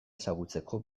ezagutzeko